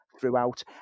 throughout